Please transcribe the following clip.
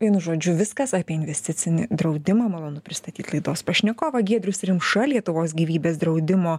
vienu žodžiu viskas apie investicinį draudimą malonu pristatyt laidos pašnekovą giedrius rimša lietuvos gyvybės draudimo